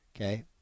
Okay